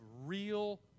real